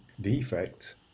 defect